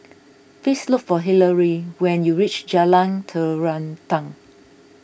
please look for Hillery when you reach Jalan Terentang